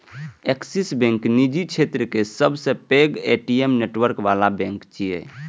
Axis bank निजी क्षेत्रक सबसं पैघ ए.टी.एम नेटवर्क बला बैंक छियै